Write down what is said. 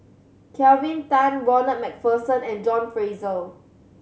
Kelvin Tan Ronald Macpherson and John Fraser